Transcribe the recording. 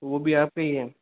वो भी आप पे ही है